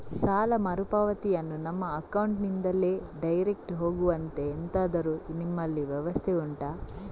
ಸಾಲ ಮರುಪಾವತಿಯನ್ನು ನಮ್ಮ ಅಕೌಂಟ್ ನಿಂದಲೇ ಡೈರೆಕ್ಟ್ ಹೋಗುವಂತೆ ಎಂತಾದರು ನಿಮ್ಮಲ್ಲಿ ವ್ಯವಸ್ಥೆ ಉಂಟಾ